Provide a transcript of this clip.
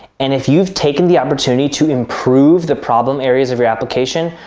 and if you've taken the opportunity to improve the problem areas of your application,